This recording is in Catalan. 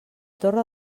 torre